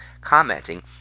commenting